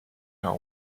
her